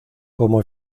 como